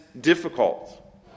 difficult